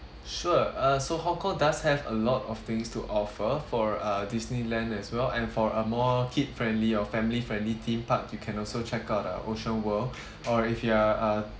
sure uh so hong kong does have a lot of things to offer for uh Disneyland as well and for a more kid friendly or family friendly theme park you can also check out uh ocean world or if you are a